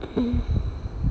mm